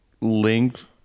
linked